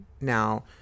Now